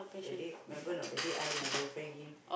that day remember not that day I my boyfriend him